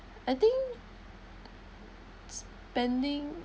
I think spending